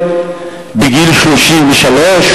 בגיל 30, 33,